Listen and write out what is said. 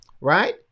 right